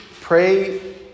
pray